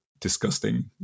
disgusting